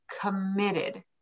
committed